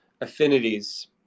affinities